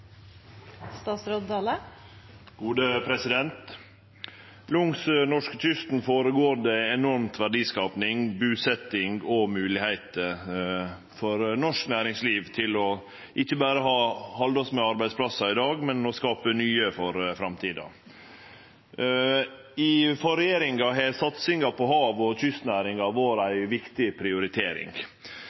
Langs norskekysten går det føre seg enorm verdiskaping, busetjing og moglegheiter for norsk næringsliv til ikkje berre å halde oss med arbeidsplassar i dag, men å skape nye for framtida. For regjeringa har satsinga på hav- og kystnæringa vore ei viktig prioritering.